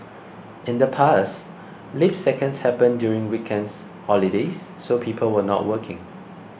in the past leap seconds happened during weekends holidays so people were not working